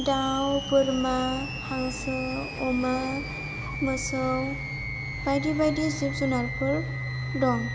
दाउ बोरमा हांसो अमा मोसौ बायदि बायदि जिब जुनारफोर दं